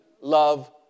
love